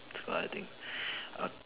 what I think uh